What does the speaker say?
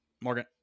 Morgan